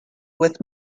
with